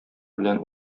белән